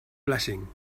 blessing